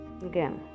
Again